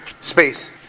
space